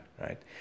right